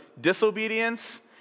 disobedience